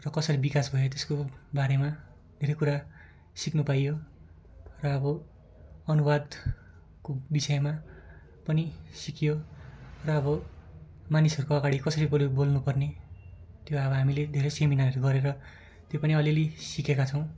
र कसरी विकास भयो त्यसको बारेमा धेरै कुरा सिक्नु पाइयो र अब अनुवादको विषयमा पनि सिकियो र अब मानिसहरूको अगाडि कसरी बोल्यो बोल्नुपर्ने त्यो अब हामीले धेरै सेमिनारहरू गरेर त्यो पनि अलिअलि सिकेका छौँ